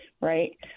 right